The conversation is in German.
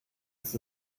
ist